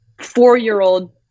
four-year-old